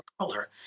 color